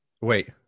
Wait